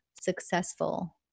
successful